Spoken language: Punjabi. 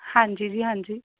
ਹਾਂਜੀ ਜੀ ਹਾਂਜੀ